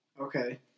Okay